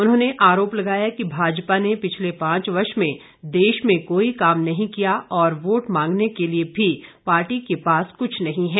उन्होंने आरोप लगाया कि भाजपा ने पिछले पांच वर्ष में देश में कोई काम नहीं किया और वोट मांगने के लिए भी पार्टी के पास कृछ नहीं है